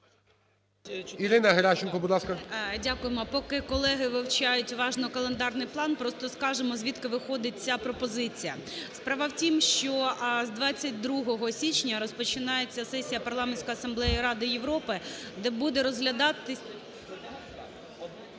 ГЕРАЩЕНКО І.В. Дякую. Поки колеги вивчають уважно календарний план, просто скажемо звідки виходить ця пропозиція. Справа в тім, що з 22 січня розпочинається сесія Парламентської асамблеї Ради Європи, де буде розглядатися…